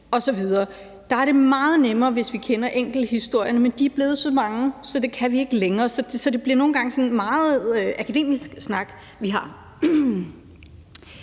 Der er det meget nemmere, hvis vi kender enkelthistorierne, men de er blevet så mange, at det kan vi ikke længere. Så det bliver nogle gange sådan en meget akademisk snak, vi har.